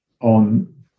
on